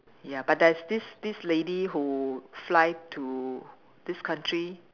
ya but there's this this lady who fly to this country